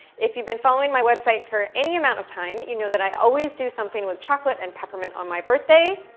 if you've been following my website for any amount of time, you know that i always do something with chocolate and peppermint on my birthday.